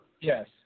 Yes